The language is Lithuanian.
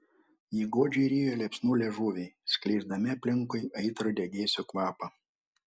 jį godžiai rijo liepsnų liežuviai skleisdami aplinkui aitrų degėsių kvapą